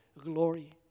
glory